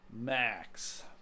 Max